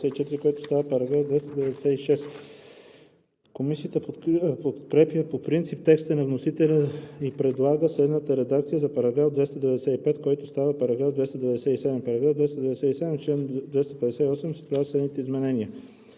който става § 296. Комисията подкрепя по принцип текста на вносителя и предлага следната редакция за § 295, който става § 297: „§ 297. В чл. 258 се правят следните изменения: